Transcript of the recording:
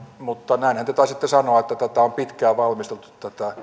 mutta näinhän te taisitte sanoa että tätä on pitkään valmisteltu